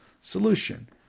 solution